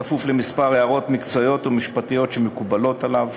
בכפוף לכמה הערות מקצועיות ומשפטיות שמקובלות עליו.